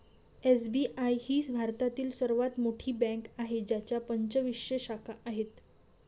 SBI ही भारतातील सर्वात मोठी बँक आहे ज्याच्या पंचवीसशे शाखा आहेत